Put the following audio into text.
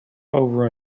over